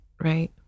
right